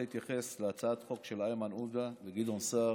להתייחס להצעת חוק של איימן עודה וגדעון סער.